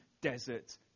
desert